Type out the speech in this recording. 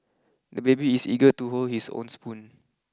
the baby is eager to hold his own spoon